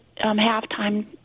halftime